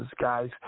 guys